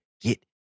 get